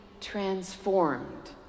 transformed